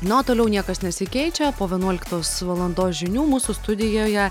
na o toliau niekas nesikeičia po vienuoliktos valandos žinių mūsų studijoje